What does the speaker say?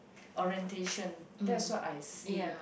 orientation that's what I see